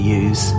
use